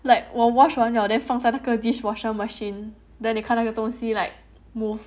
like 我 wash then 放在那个 dish washer machine then 你看那个东西 like move